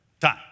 time